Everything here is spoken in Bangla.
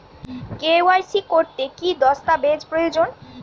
কে.ওয়াই.সি করতে কি দস্তাবেজ প্রয়োজন?